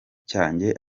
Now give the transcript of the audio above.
cyanjye